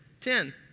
Ten